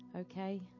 Okay